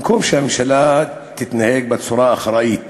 במקום שהממשלה תתנהג בצורה אחראית